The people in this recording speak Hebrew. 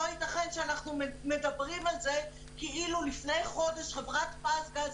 לא ייתכן שאנחנו מדברים על זה כאילו לפני חודש חברת "פזגז",